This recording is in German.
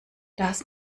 das